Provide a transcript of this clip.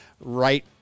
right